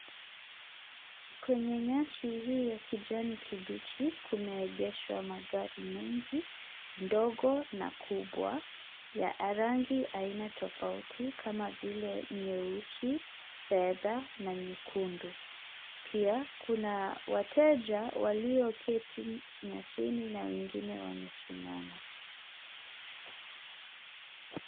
Kwenye nyasi hii ya kijani kibichi kumeegeshwa magari mengi, ndogo na kubwa, ya rangi aina tofauti kama vile nyeusi, fedha na nyekundu. Pia kuna wateja walioketi nyasini na wengine wamesimama.